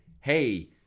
hey